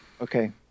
Okay